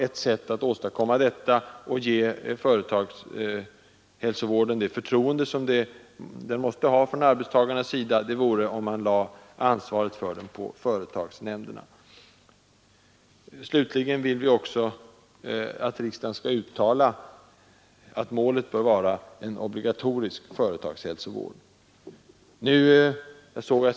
Ett sätt att ge företagshälsovården det förtroende, som den måste ha från arbetstagarnas sida, vore att lägga ansvaret för den på företagsnämnderna. Vi vill också att riksdagen skall uttala att målet bör vara en obligatorisk företagshälsovård.